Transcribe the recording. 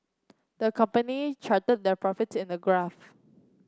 the company charted their profits in a graph